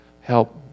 Help